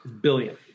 Billion